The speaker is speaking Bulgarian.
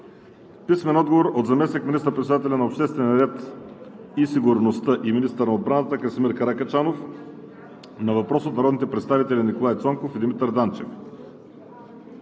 Антон Кутев; - от заместник министър-председателя на обществения ред и сигурността и министър на отбраната Красимир Каракачанов на въпрос от народните представители Николай Цонков и Димитър Данчев;